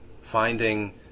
finding